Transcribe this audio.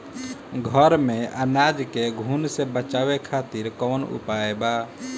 घर में अनाज के घुन से बचावे खातिर कवन उपाय बा?